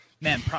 man